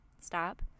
stop